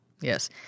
Yes